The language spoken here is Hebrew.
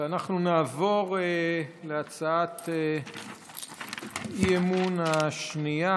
נעבור להצעת האי-אמון השנייה,